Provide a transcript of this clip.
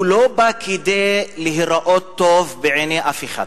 לא באים כדי להיראות טוב בעיני אף אחד